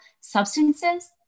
substances